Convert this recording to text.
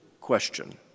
question